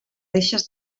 deixes